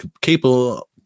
capable